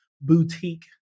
boutique